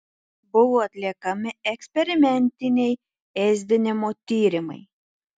buvo atliekami eksperimentiniai ėsdinimo tyrimai